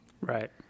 right